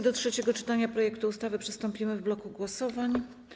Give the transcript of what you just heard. Do trzeciego czytania projektu ustawy przystąpimy w bloku głosowań.